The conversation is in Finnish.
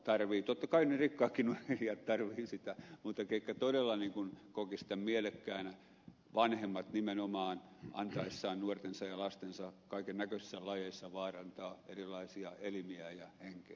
totta kai ne rikkaatkin urheilijat tarvitsevat sitä mutta ketkä todella kokisivat tämän mielekkäänä vanhemmat nimenomaan antaessaan nuortensa ja lastensa kaiken näköisissä lajeissa vaarantaa erilaisia elimiään ja henkeään